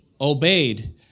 Obeyed